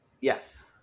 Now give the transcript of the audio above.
Yes